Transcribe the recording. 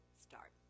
start